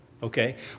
Okay